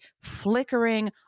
flickering